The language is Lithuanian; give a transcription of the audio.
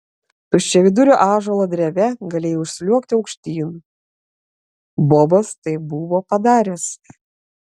tuščiavidurio ąžuolo dreve galėjai užsliuogti aukštyn bobas tai buvo padaręs